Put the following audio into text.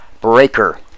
Breaker